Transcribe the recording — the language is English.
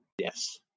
Yes